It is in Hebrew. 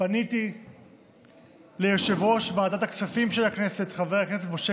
פניתי ליושב-ראש ועדת הכספים של הכנסת חבר הכנסת משה